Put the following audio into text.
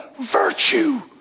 virtue